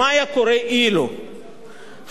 חברי השרים וחברי הכנסת,